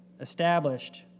established